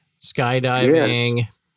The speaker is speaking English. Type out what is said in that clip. Skydiving